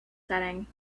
setting